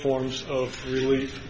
forms of relief